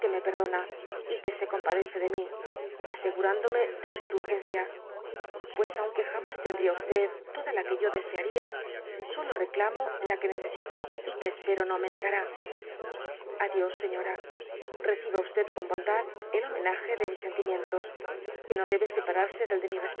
me perdona y que se ccunpadeoe de mi asegurándome de su indulgencia pues aunque lamas tendría toda la que yo desearia solo reclamo la que necesito y que espero no me negará a dios señora reciba con bondad el homenage de mis sentimientos que no debe separarse del de mi